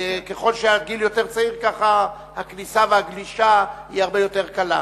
ככל שהגיל יותר צעיר כך הכניסה והגלישה הרבה יותר קלות.